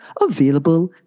available